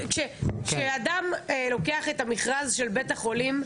כשאדם לוקח את המכרז של בית החולים,